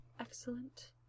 excellent